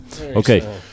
okay